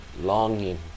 longing